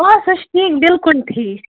آ سُہ چھِ ٹھیک بِلکُل ٹھیک